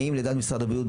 האם לדעת משרד הבריאות,